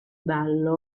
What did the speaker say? ballo